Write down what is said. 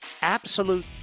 Absolute